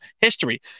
history